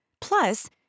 Plus